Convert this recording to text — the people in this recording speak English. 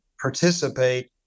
participate